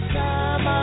time